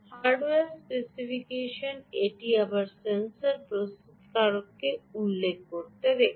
hardware specification এটি আবার sensor প্রস্তুতকারকের উল্লেখ থেকে এসেছে